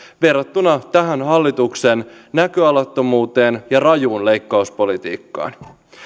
verrattuna tähän hallituksen näköalattomuuteen ja rajuun leikkauspolitiikkaan